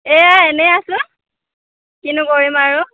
এই এনেই আছোঁ কিনো কৰিম আৰু